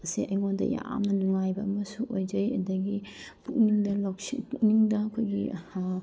ꯑꯁꯦ ꯑꯩꯉꯣꯟꯗ ꯌꯥꯝꯅ ꯅꯨꯡꯉꯥꯏꯕ ꯑꯃꯁꯨ ꯑꯣꯏꯖꯩ ꯑꯗꯒꯤ ꯄꯨꯛꯅꯤꯡꯗ ꯂꯧꯁꯤꯡ ꯄꯨꯛꯅꯤꯡꯗ ꯑꯩꯈꯣꯏꯒꯤ